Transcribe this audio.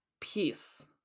peace